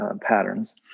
patterns